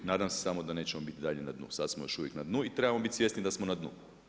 Nadam se samo da nećemo biti dalje na dnu, sad smo još uvijek na dnu i trebamo bit svjesni da smo na dnu.